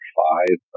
five